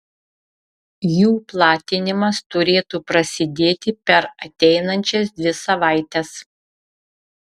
jų platinimas turėtų prasidėti per ateinančias dvi savaites